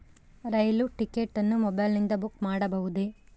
ರೈಲು ticket ಅನ್ನು ಮೊಬೈಲಿಂದ book ಮಾಡಬಹುದೆ?